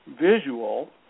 visual